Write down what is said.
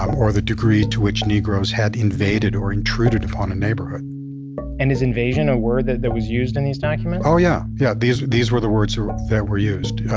um or the degree to which negroes had invaded or intruded upon a neighborhood and is invasion a word that that was used on these documents? oh yeah. yeah these these were the words that were used. yeah